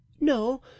No